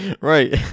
Right